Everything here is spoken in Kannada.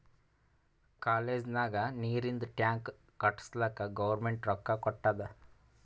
ಕಾಲೇಜ್ ನಾಗ್ ನೀರಿಂದ್ ಟ್ಯಾಂಕ್ ಕಟ್ಟುಸ್ಲಕ್ ಗೌರ್ಮೆಂಟ್ ರೊಕ್ಕಾ ಕೊಟ್ಟಾದ್